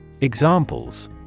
Examples